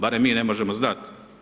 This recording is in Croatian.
Barem mi ne možemo znati.